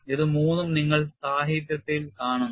ഇത് മൂന്നും നിങ്ങൾ സാഹിത്യത്തിൽ കാണുന്നു